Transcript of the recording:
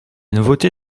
nouveauté